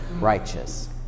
righteous